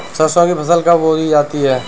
सरसों की फसल कब बोई जाती है?